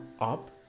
up